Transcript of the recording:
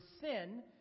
sin